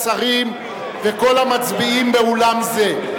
השרים וכל המצביעים באולם זה,